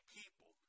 people